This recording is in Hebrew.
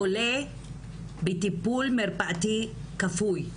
חולה בטיפול מרפאתי כפוי,